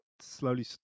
slowly